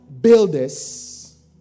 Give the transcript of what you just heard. builders